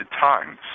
times